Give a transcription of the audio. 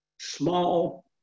small